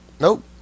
Nope